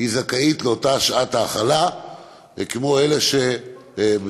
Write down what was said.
היא זכאית לאותה שעת האכלה כמו אלה שהן